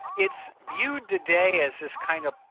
it's viewed today as this kind of